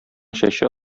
чәче